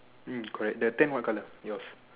mm correct the tent what color yours